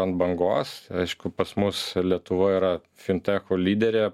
ant bangos aišku pas mus lietuvoj yra finteko lyderė